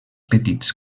petits